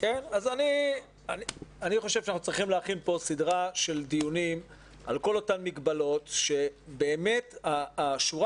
צריך להכין פה סדרה של דיונים על כל אותן מגבלות שבאמת השורה